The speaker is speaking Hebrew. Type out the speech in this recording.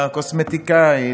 הקוסמטיקאית,